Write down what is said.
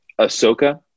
Ahsoka